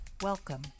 Welcome